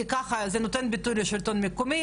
ככה זה נותן ביטוי לשלטון המקומי,